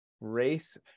race